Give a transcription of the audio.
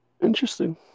Interesting